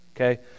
Okay